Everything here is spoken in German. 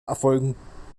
erfolgen